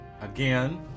again